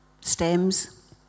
stems